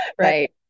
right